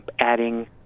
adding